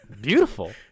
beautiful